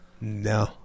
No